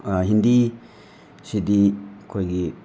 ꯍꯤꯟꯗꯤꯁꯤꯗꯤ ꯑꯩꯈꯣꯏꯒꯤ